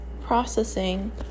processing